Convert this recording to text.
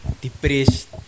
depressed